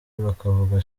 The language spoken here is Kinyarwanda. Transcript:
bakavuga